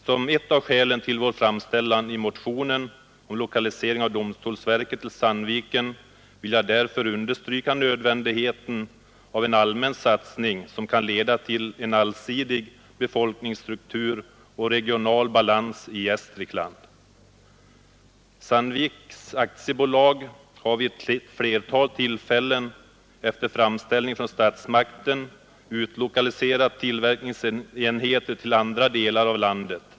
Som ett av skälen till vår framställan i motionen om lokalisering av domstolsverket till Sandviken vill jag därför understryka nödvändigheten av en allmän satsning som kan leda till en allsidig befolkningsstruktur och regional balans i Gästrikland. Sandvik AB har vid ett flertal tillfällen efter framställning från statsmakterna utlokaliserat tillverkningsenheter till andra delar av landet.